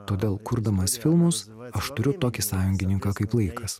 todėl kurdamas filmus aš turiu tokį sąjungininką kaip laikas